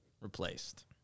replaced